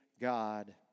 God